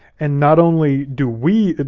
and not only do we,